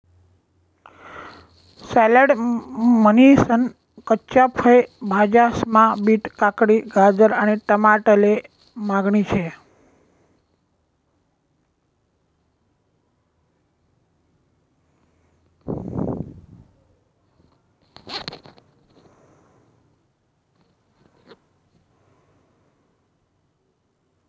salad म्हनीसन कच्च्या फय भाज्यास्मा बीट, काकडी, गाजर आणि टमाटाले मागणी शे